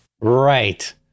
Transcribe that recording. Right